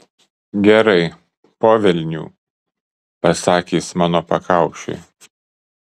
gerai po velnių pasakė jis mano pakaušiui